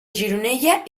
gironella